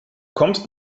kommst